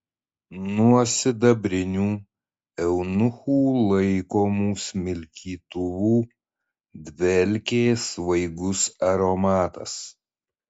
nuo sidabrinių eunuchų laikomų smilkytuvų dvelkė svaigus aromatas